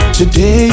today